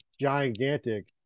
gigantic